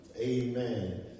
amen